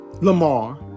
Lamar